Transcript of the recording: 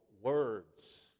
words